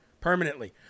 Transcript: permanently